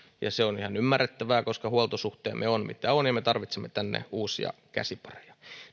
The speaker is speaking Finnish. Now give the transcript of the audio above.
ja se on ihan ymmärrettävää koska huoltosuhteemme on mitä on ja me tarvitsemme tänne uusia käsipareja